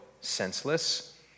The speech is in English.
senseless